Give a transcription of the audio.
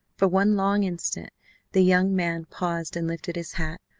for one long instant the young man paused and lifted his hat,